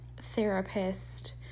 therapist